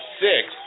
six